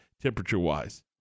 temperature-wise